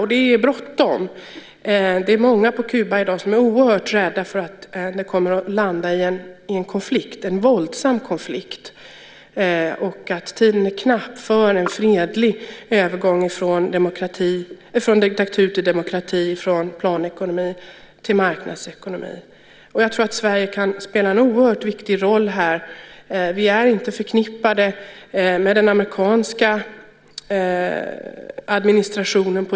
Och det är bråttom. Det är många på Kuba i dag som är oerhört rädda för att det kommer att sluta med en konflikt, en våldsam konflikt, och att tiden är knapp för en fredlig övergång från diktatur till demokrati, från planekonomi till marknadsekonomi. Jag tror att Sverige kan spela en oerhört viktig roll här. Vi är inte förknippade med den amerikanska administrationen.